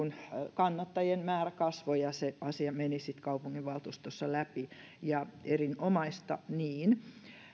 kannattajien määrä kasvoi ja se asia meni sitten kaupunginvaltuustossa läpi ja erinomaista niin